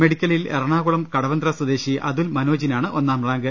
മെഡിക്കലിൽ എറണാകുളം കടവന്ത്ര സ്വദേശി അതുൽ മനോജിനാണ് ഒന്നാം റാങ്ക്